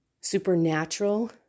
Supernatural